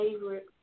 Favorite